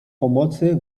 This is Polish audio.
pomocy